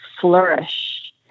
flourish